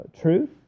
truth